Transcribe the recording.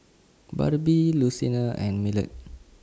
Barbie Lucina and Millard